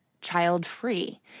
child-free